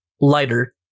lighter